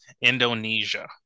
Indonesia